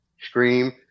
scream